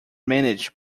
managed